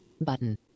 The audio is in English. Button